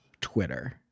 Twitter